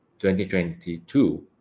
2022